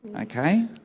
okay